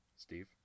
Steve